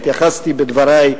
התייחסתי בדברי,